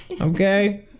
Okay